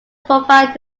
provide